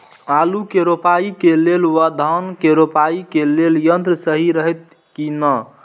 आलु के रोपाई के लेल व धान के रोपाई के लेल यन्त्र सहि रहैत कि ना?